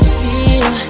feel